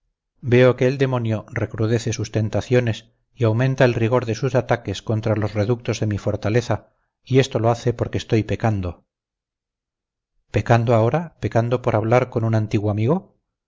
veo que el demonio recrudece sus tentaciones y aumenta el rigor de sus ataques contra los reductos de mi fortaleza y esto lo hace porque estoy pecando pecando ahora pecando por hablar con un antiguo amigo